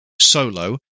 solo